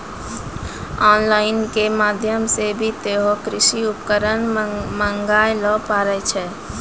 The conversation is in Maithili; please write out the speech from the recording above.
ऑन लाइन के माध्यम से भी तोहों कृषि उपकरण मंगाय ल पारै छौ